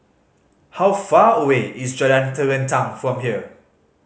how far away is Jalan Terentang from here